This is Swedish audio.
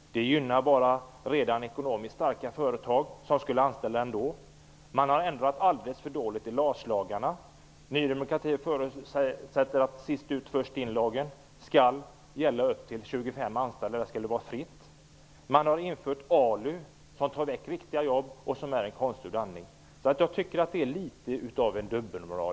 Det gynnar bara ekonomiskt redan starka företag, som ändå skulle kunna anställa folk. Regeringen har ändrat alltför litet i LAS-lagarna. Ny demokrati menar att först-in-sist-ut-lagen inte skall behöva gälla för företag med upp till 25 anställda. Regeringen har infört ALU, som tar bort riktiga jobb och som är en konstgjord andning. Bo Lundgrens resonemang är därför litet av en dubbelmoral.